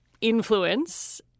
influence